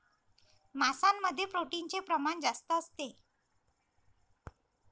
मांसामध्ये प्रोटीनचे प्रमाण जास्त असते